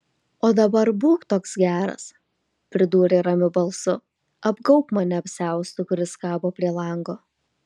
o dabar būk toks geras pridūrė ramiu balsu apgaubk mane apsiaustu kuris kabo prie lango